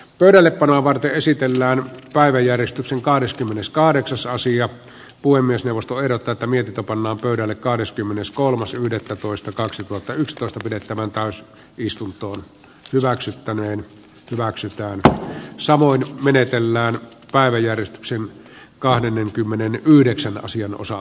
pöydällepanoa varten esitellään päiväjärjestyksen kahdeskymmeneskahdeksasosia puhemiesneuvosto ehdottaa että mietintö pannaan pöydälle kahdeskymmeneskolmas yhdettätoista kaksituhattayksitoista pidettävään taas istun toon hyväksyttäminen hyväksytäänkö samoin menetellään päiväjärjestyksen kahdelle kymmenen yhdeksän asian osa